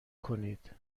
کنید